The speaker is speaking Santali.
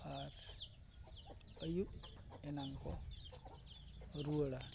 ᱟᱨ ᱟᱹᱭᱩᱵ ᱮᱱᱟᱝ ᱠᱚ ᱨᱩᱣᱟᱹᱲᱟ